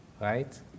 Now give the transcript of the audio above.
Right